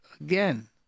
again